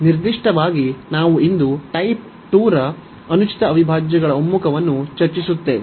ನಿರ್ದಿಷ್ಟವಾಗಿ ನಾವು ಇಂದು ಟೈಪ್ 2 ರ ಅನುಚಿತ ಅವಿಭಾಜ್ಯಗಳ ಒಮ್ಮುಖಗಳ ಬಗ್ಗೆ ಚರ್ಚಿಸುತ್ತೇವೆ